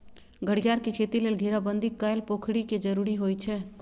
घरियार के खेती लेल घेराबंदी कएल पोखरि के जरूरी होइ छै